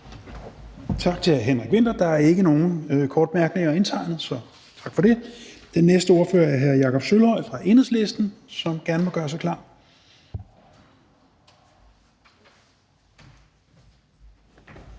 Tak til hr. Henrik Vinther. Der er ikke nogen indtegnet for korte bemærkninger. Den næste ordfører er hr. Jakob Sølvhøj fra Enhedslisten, som gerne må gøre sig klar.